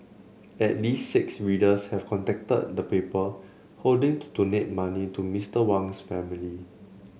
at least six readers have contacted the paper hoping to donate money to Mr Wang's family